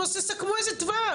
נו אז תסכמו איזה טווח,